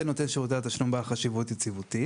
נותן שירותי התשלום בעל חשיבות יציבותית.